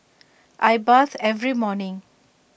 I bathe every morning